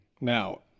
now